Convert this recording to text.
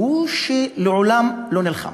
מי שמעולם לא נלחם.